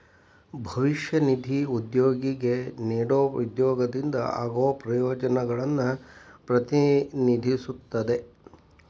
ಭವಿಷ್ಯ ನಿಧಿ ಉದ್ಯೋಗಿಗೆ ನೇಡೊ ಉದ್ಯೋಗದಿಂದ ಆಗೋ ಪ್ರಯೋಜನಗಳನ್ನು ಪ್ರತಿನಿಧಿಸುತ್ತದೆ